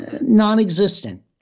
non-existent